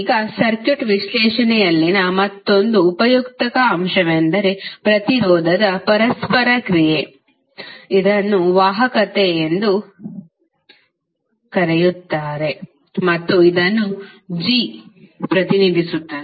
ಈಗ ಸರ್ಕ್ಯೂಟ್ ವಿಶ್ಲೇಷಣೆಯಲ್ಲಿನ ಮತ್ತೊಂದು ಉಪಯುಕ್ತ ಅಂಶವೆಂದರೆ ಪ್ರತಿರೋಧದ ಪರಸ್ಪರ ಕ್ರಿಯೆ ಇದನ್ನು ವಾಹಕತೆ ಎಂದು ಕರೆಯಲಾಗುತ್ತದೆ ಮತ್ತು ಇದನ್ನು G ಪ್ರತಿನಿಧಿಸುತ್ತದೆ